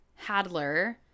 Hadler